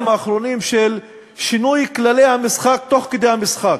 האחרונים של שינוי כללי המשחק תוך כדי המשחק.